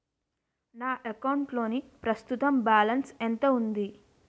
నా అకౌంట్ లోని ప్రస్తుతం బాలన్స్ ఎంత ఉంది?